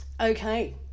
Okay